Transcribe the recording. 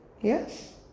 Yes